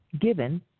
given